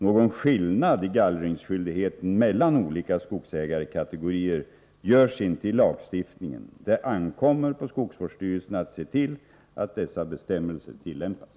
Någon skillnad i gallringsskyldigheten mellan olika skogsägarekategorier görs inte i lagstiftningen. Det ankommer på skogsvårdsstyrelserna att se till att dessa bestämmelser tillämpas.